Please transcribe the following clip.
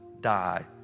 die